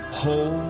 hold